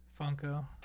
Funko